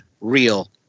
real